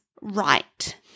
right